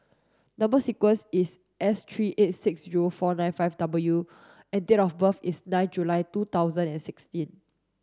number sequence is S three eight six zero four nine five W and date of birth is nine July two thousand and sixteen